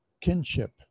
kinship